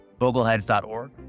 Bogleheads.org